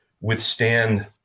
withstand